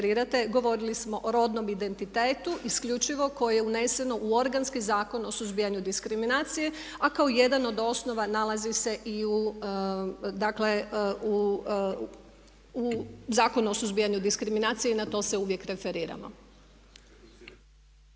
govorili smo o rodnom identitetu, isključivo koji je uneseno u organski Zakon o suzbijanju diskriminacije a kao jedan od osnova nalazi se i u Zakonu o suzbijanju diskriminacije i na to se uvijek referiramo.